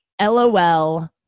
LOL